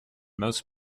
most